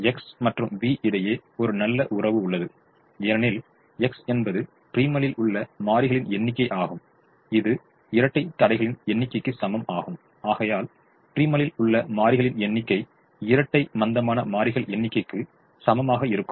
X மற்றும் V இடையே ஒரு நல்ல உறவு உள்ளது ஏனெனில் X என்பது ப்ரிமலில் உள்ள மாறிகளின் எண்ணிக்கை ஆகும் இது இரட்டை தடைகளின் எண்ணிக்கைக்கு சமம் ஆகும் ஆகையால் ப்ரிமலில் உள்ள மாறிகளின் எண்ணிக்கை இரட்டை மந்தமான மாறிகள் எண்ணிக்கைக்கு சமமாக இருக்கும்